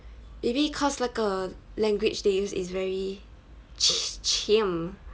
maybe cause 那个 language they use is very ch~ chim